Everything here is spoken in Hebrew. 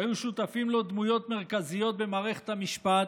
שהיו שותפים לו דמויות מרכזיות במערכת המשפט,